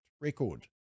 record